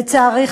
לצערי,